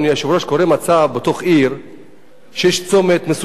קורה מצב בתוך עיר שיש צומת מסוכן,